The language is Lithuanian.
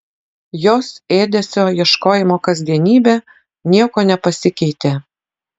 jos ėdesio ieškojimo kasdienybė niekuo nepasikeitė